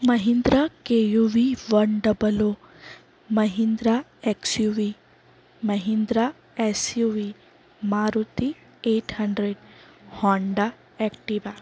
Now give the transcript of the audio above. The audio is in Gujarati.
Mahindra KUV one double O Mahindra XUV Mahindra SUV Maruti eight hundred Honda Activa